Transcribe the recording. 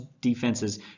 defenses